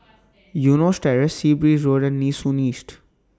Eunos Terrace Sea Breeze Road and Nee Soon East